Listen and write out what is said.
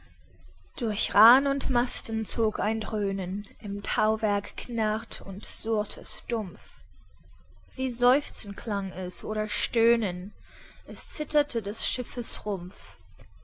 durch raa'n und masten zog ein dröhnen im tauwerk knarrt und surrt es dumpf wie seufzen klang es oder stöhnen es zitterte des schiffes rumpf